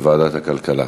בוועדת הכלכלה.